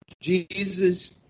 Jesus